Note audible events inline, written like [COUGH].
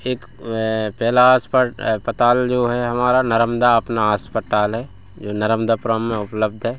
एक पहला [UNINTELLIGIBLE] अस्पताल जो है हमारा नर्मदा अपना अस्पताल है जो नर्मदापुरम में उपलब्ध है